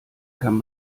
kann